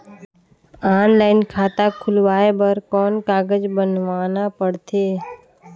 Online खाता खुलवाय बर कौन कागज बनवाना पड़थे?